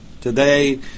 today